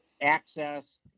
access